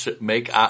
make